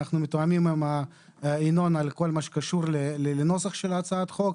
אנחנו מתואמים עם ינון בכל מה שקשור בנוסח של הצעת החוק.